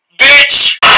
bitch